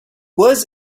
was